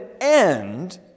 end